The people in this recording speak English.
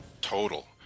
total